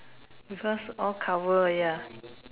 because all cover ya